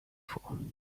for